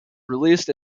released